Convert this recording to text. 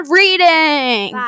reading